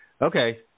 okay